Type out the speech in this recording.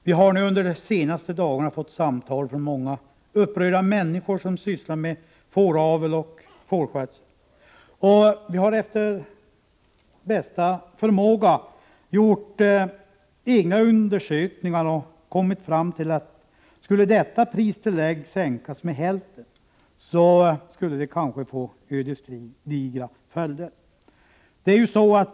Vi har de senaste dagarna fått samtal från många upprörda människor som sysslar med fåravel och fårskötsel. Vi har efter bästa förmåga gjort egna undersökningar och kommit fram till att skulle detta pristillägg sänkas med hälften, så skulle det kanske få ödesdigra följder.